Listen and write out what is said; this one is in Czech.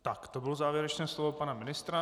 Tak to bylo závěrečné slovo pana ministra.